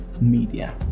media